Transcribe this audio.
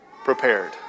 prepared